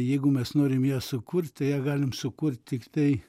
jeigu mes norim ją sukurt tai ją galim sukurt tiktai